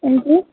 हां जी